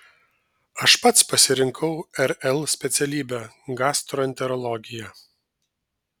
aš pats pasirinkau rl specialybę gastroenterologiją